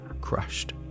crushed